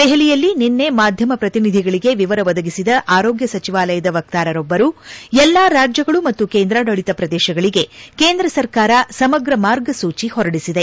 ದೆಹಲಿಯಲ್ಲಿ ನಿನ್ನೆ ಮಾಧ್ಯಮ ಪ್ರತಿನಿಧಿಗಳಿಗೆ ವಿವರ ಒದಗಿಸಿದ ಆರೋಗ್ಯ ಸಚಿವಾಲಯದ ವಕ್ತಾರರೊಬ್ಲರು ಎಲ್ಲಾ ರಾಜ್ಲಗಳು ಮತ್ತು ಕೇಂದ್ರಾಡಳಿತ ಪ್ರದೇಶಗಳಿಗೆ ಕೇಂದ್ರ ಸರ್ಕಾರ ಸಮಗ್ರ ಮಾರ್ಗಸೂಚಿ ಹೊರಡಿಸಿದೆ